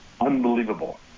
unbelievable